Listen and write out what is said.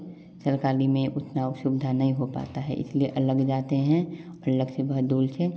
सरकारी में उतना सुविधा नहीं हो पाता है इसलिए अलग जाते हैं अलग से बहुत दूर से